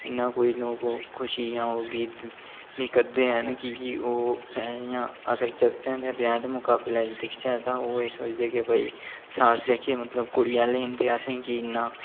इन्ना कोई ओह् खुशी जां गीत निं करदे हैन की के ओह् अगर जागतें दे ब्याहें दे मुकाबले च दिखचै ते ओह् एह् सोचदे कि साढ़े जेह्के मतलब कुड़ियां आह्लें गी असेंगी इन्ना